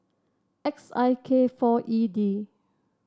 X I K four E D